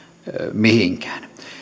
mihinkään